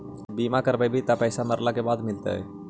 बिमा करैबैय त पैसा मरला के बाद मिलता?